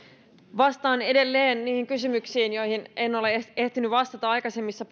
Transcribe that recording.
vastaan edelleen niihin kysymyksiin joihin en ole ehtinyt vastata aikaisemmissa